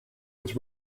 was